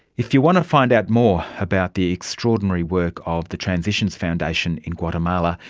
if you want to find out more about the extraordinary work of the transitions foundation in guatemala,